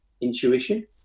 intuition